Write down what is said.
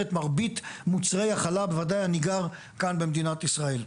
את מרבית מוצרי החלב כאן במדינת ישראל.